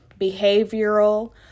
behavioral